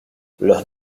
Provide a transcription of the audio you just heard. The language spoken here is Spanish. los